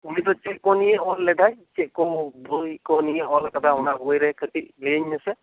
ᱩᱱᱤᱫᱚ ᱪᱮᱫ ᱠᱚ ᱱᱤᱭᱮᱭ ᱚᱞ ᱞᱮᱫᱟᱭ ᱪᱮᱫ ᱠᱚ ᱵᱚᱭ ᱠᱚ ᱱᱤᱭᱮ ᱚᱞ ᱟᱠᱟᱫᱟ ᱚᱱᱟ ᱵᱚᱭ ᱨᱮ ᱠᱟᱹᱴᱤᱡ ᱞᱟᱹᱭᱟᱹᱧ ᱢᱮᱥᱮ